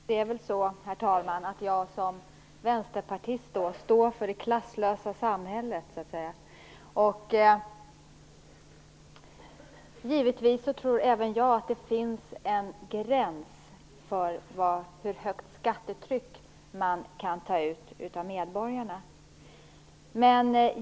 Herr talman! Jag som vänsterpartist står för det klasslösa samhället så att säga. Givetvis tror även jag att det finns en gräns för hur höga de skatter kan vara som skall tas ut av medborgarna.